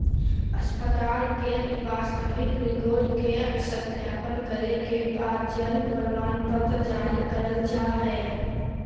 अस्पताल के वास्तविक रिकार्ड के सत्यापन करे के बाद जन्म प्रमाणपत्र जारी कइल जा हइ